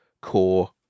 core